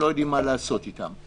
לא יודעים מה לעשות איתם.